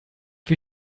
wie